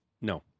No